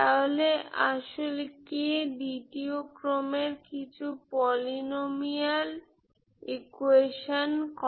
তাহলে আসলে k দ্বিতীয় ক্রমের কিছু পলিনোমিয়াল ইকুয়েশন করে